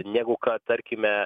negu kad tarkime